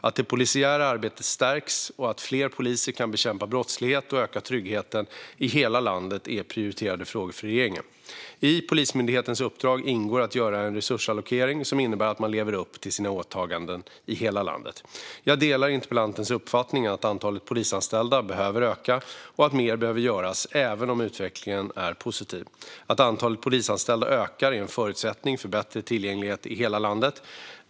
Att det polisiära arbetet stärks och att fler poliser kan bekämpa brottslighet och öka tryggheten i hela landet är prioriterade frågor för regeringen. I Polismyndighetens uppdrag ingår att göra en resursallokering som innebär att man lever upp till sina åtaganden i hela landet. Jag delar interpellantens uppfattning att antalet polisanställda behöver öka och att mer behöver göras även om utvecklingen är positiv. Att antalet polisanställda ökar är en förutsättning för bättre tillgänglighet i hela landet.